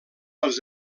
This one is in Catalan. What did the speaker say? els